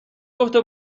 گفته